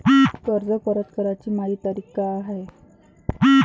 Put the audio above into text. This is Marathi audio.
कर्ज परत कराची मायी तारीख का हाय?